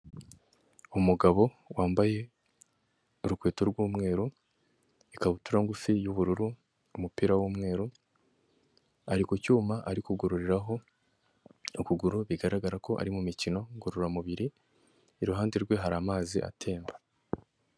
Umugabo wambaye urukweto rw'umweru, ikabutura ngufi y'ubururu, umupira w'umweru, ari ku cyuma ari kugororeraho ukuguru, bigaragara ko ari mu mikino ngororamubiri, iruhande rwe hari amazi atemba.